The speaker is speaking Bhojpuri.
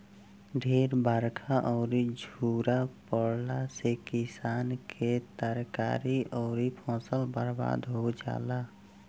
ढेर बरखा अउरी झुरा पड़ला से किसान के तरकारी अउरी फसल बर्बाद हो जाला